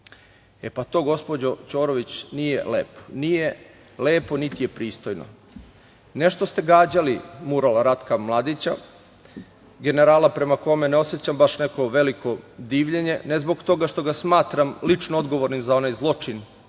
pa to gospođo Ćorović nije lepo. Nije lepo niti je pristojno. Ne što ste gađali mural Ratka Mladića, generala prema kome ne osećam baš neko veliko divljenje ne zbog toga što ga smatram lično odgovornim za onaj zločin